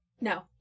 No